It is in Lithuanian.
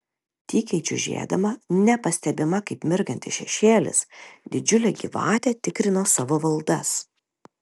tykiai čiužėdama nepastebima kaip mirgantis šešėlis didžiulė gyvatė tikrino savo valdas